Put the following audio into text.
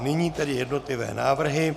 Nyní tedy jednotlivé návrhy.